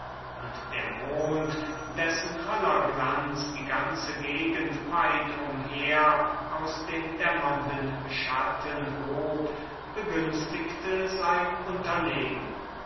und der mond dessen voller glanz die ganze gegend weit umher aus den dämmernden schatten hob begünstigte sein unternehmen